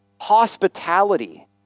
hospitality